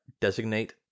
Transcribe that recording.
Designate